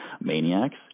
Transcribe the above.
maniacs